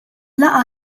laqgħa